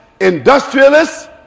industrialists